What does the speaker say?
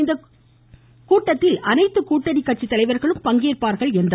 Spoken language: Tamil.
இந்த கூட்டத்தில் அனைத்து கூட்டணி கட்சி தலைவர்களும் பங்கேற்பார்கள் என்றார்